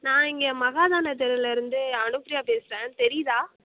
நான் இங்கே மஹாதான தெருலேருந்து அனுப்பிரியா பேசுகிறேன் தெரியுதா